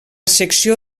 secció